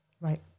Right